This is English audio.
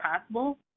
possible